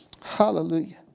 Hallelujah